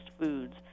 foods